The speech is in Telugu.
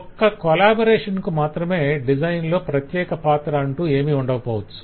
ఒక్క కొలాబొరేషన్ కు మాత్రమే డిజైన్ లో ప్రత్యెక పాత్ర అంటూ ఏమీ ఉండకపోవచ్చు